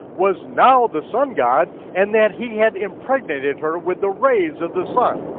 was now the sun-god, and that he had impregnated her with the rays of the sun.